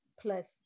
plus